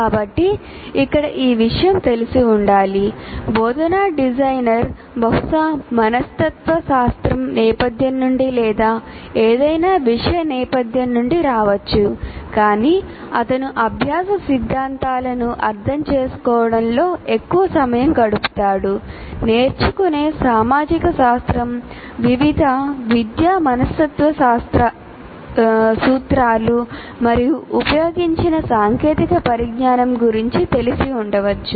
కాబట్టి ఇక్కడ ఈ విషయం తెలిసి ఉండాలి బోధనా డిజైనర్ బహుశా మనస్తత్వశాస్త్రం నేపథ్యం నుండి లేదా ఏదైనా విషయ నేపథ్యం నుండి రావచ్చు కానీ అతను అభ్యాస సిద్ధాంతాలను అర్థం చేసుకోవడంలో ఎక్కువ సమయం గడుపుతాడు నేర్చుకునే సామాజిక శాస్త్రం వివిధ విద్యా మనస్తత్వ సూత్రాలు మరియు ఉపయోగించిన సాంకేతిక పరిజ్ఞానం గురించి తెలిసిఉండవచు